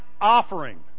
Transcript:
offering